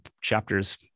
chapters